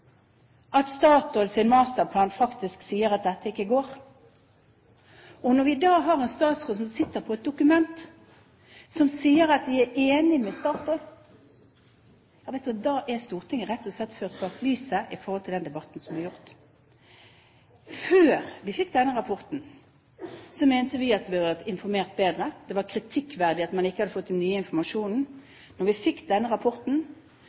da har en statsråd som sitter på et dokument som sier at man er enig med Statoil, da er Stortinget rett og slett ført bak lyset med tanke på den debatten som har vært holdt. Før vi fikk denne rapporten, mente vi at det burde vært informert bedre. Det var kritikkverdig at man ikke hadde fått den nye informasjon. Da vi fikk denne rapporten,